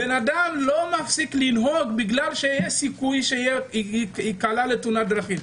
בן אדם לא מפסיק לנהוג בגלל שיש סיכוי שייקלע לתאונת דרכים.